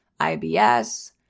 IBS